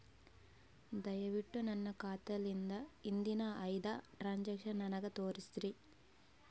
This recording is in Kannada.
ದಯವಿಟ್ಟು ನನ್ನ ಖಾತಾಲಿಂದ ಹಿಂದಿನ ಐದ ಟ್ರಾಂಜಾಕ್ಷನ್ ನನಗ ತೋರಸ್ರಿ